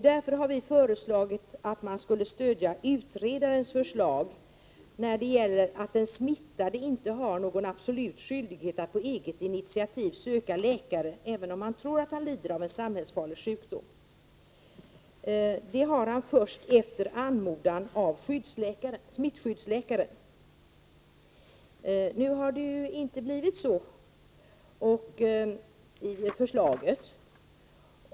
Därför vill vi stödja utredarens förslag att en smittad inte har någon absolut skyldighet att på eget initiativ söka läkare, även om han tror att han lider av en samhällsfarlig sjukdom. Sådan skyldighet har han först efter anmodan av smittskyddsläkare. Nu föreslår man inte heller detta.